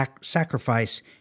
sacrifice